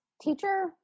teacher